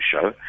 show